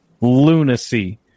lunacy